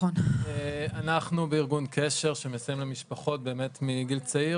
אנחנו בארגון קשר שמסייעים למשפחות באמת מגיל צעיר